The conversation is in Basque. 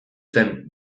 zen